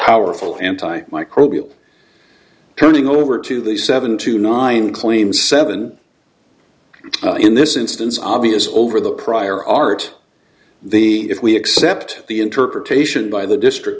powerful anti microbial turning over to the seven to nine claims seven in this instance obvious over the prior art the if we accept the interpretation by the district